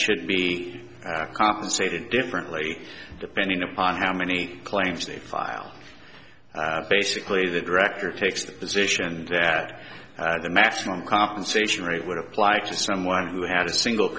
should be compensated differently depending upon how many claims they file basically the director takes the position that the maximum compensation rate would apply to someone who had a single